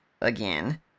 again